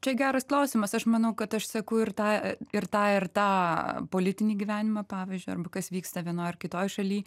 čia geras klausimas aš manau kad aš seku ir tą ir tą ir tą politinį gyvenimą pavyzdžiui arba kas vyksta vienoj ar kitoj šalyj